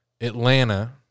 Atlanta